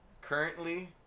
Currently